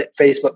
Facebook